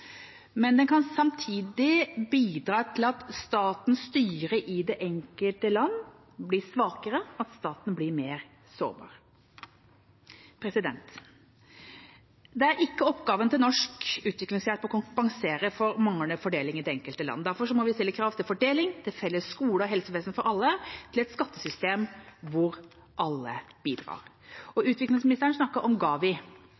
kan samtidig bidra til at statens styre i det enkelte land blir svakere, at staten blir mer sårbar. Det er ikke oppgaven til norsk utviklingshjelp å kompensere for manglende fordeling i det enkelte land. Derfor må vi stille krav til fordeling, til felles skoler og helsevesen for alle og til et skattesystem hvor alle bidrar. Utviklingsministeren snakket om GAVI.